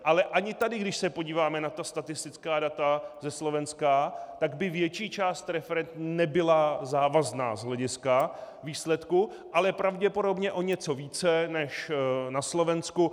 Ale ani tady, když se podíváme na ta statistická data ze Slovenska, tak by větší část referend nebyla závazná z hlediska výsledku, ale pravděpodobně o něco více než na Slovensku.